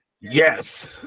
Yes